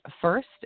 first